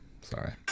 sorry